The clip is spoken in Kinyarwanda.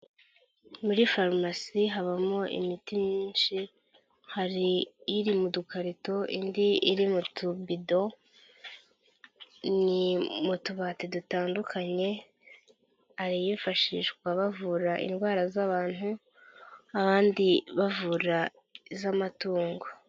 Muri farumasi habamo imiti myinshi hari iri mu dukarito, indi iri mu tubido ni mu tubati dutandukanye hari iyifashishwa bavura indwara z'abantu abandi bavura iz'amatungo.